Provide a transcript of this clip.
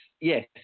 yes